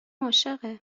عاشقه